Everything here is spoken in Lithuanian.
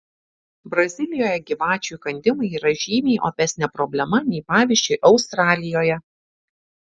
brazilijoje gyvačių įkandimai yra žymiai opesnė problema nei pavyzdžiui australijoje